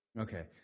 Okay